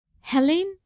Helene